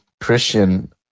Christian